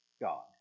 God